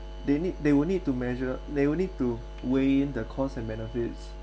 they need they will need to measure they will need to weigh the costs and benefits